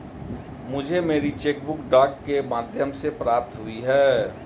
मुझे मेरी cheque book डाक के माध्यम से प्राप्त हुई है